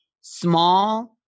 small